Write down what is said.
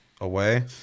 away